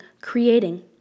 Creating